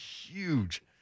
huge